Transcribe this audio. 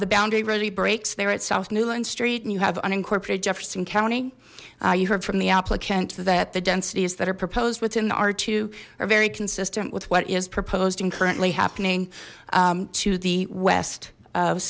the boundary really breaks there at south newland street and you have unincorporated jefferson county you heard from the applicant that the densities that are proposed within the r are very consistent with what is proposed and currently happening to the west of